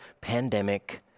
pandemic